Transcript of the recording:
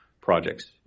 projects